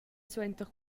suenter